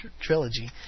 trilogy